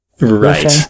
Right